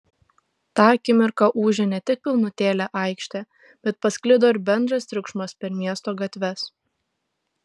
tą akimirką ūžė ne tik pilnutėlė aikštė bet pasklido ir bendras triukšmas per miesto gatves